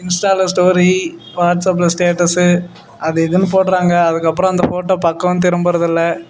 இன்ஸ்டால ஸ்டோரி வாட்ஸப்ல ஸ்டேட்டஸு அது இதுன்னு போடுறாங்கள் அதுக்கப்புறம் அந்த ஃபோட்டோ பக்கம் திரும்புறதில்ல